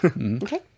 Okay